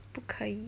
不可以